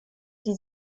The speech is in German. die